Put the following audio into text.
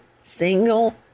single